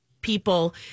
people